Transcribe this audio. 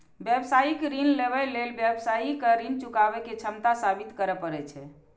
व्यावसायिक ऋण लेबय लेल व्यवसायी कें ऋण चुकाबै के क्षमता साबित करय पड़ै छै